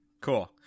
Cool